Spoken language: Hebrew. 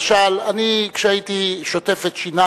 כשהייתי שוטף את שיני